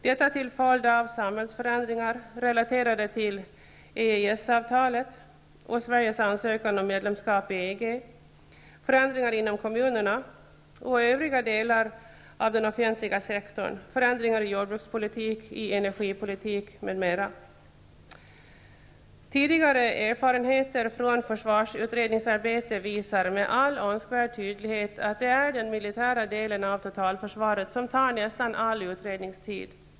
Detta är en följd av samhällsförändringar relaterade till EES-avtalet och Sveriges ansökan om medlemsskap i EG, förändringar inom kommunerna och övriga delar av den offentliga sektorn, förändringar i jordbrukspolitiken och energipolitiken m.m. Tidigare erfarenheter från försvarsutredningsarbete visar med all önskvärd tydlighet att det är den militära delen av totalförsvaret som tar nästan all utredningstid.